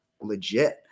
legit